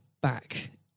back